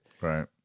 Right